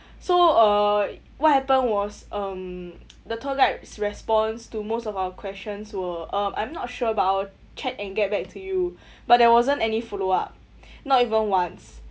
so uh what happened was um the tour guide's responds to most of our questions were um I'm not sure about check and get back to you but there wasn't any follow up not even once